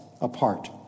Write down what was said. apart